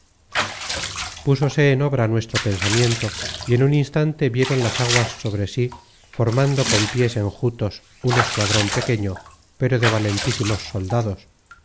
púsose en obra nuestro pensamiento y en un instante vieron las aguas sobre sí formado con piés enjutos un escuadron pequeño pero de valentísimos soldados